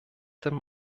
dem